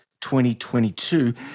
2022